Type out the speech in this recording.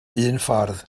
unffordd